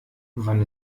wann